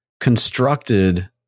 constructed